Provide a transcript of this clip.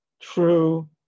true